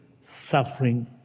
suffering